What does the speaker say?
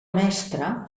mestra